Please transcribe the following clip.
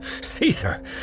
Caesar